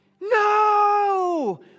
no